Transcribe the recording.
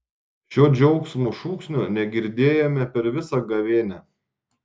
šio džiaugsmo šūksnio negirdėjome per visą gavėnią